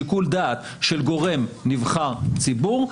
שיקול דעת של גורם נבחר ציבור,